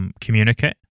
Communicate